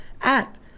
act